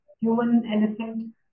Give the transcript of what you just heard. human-elephant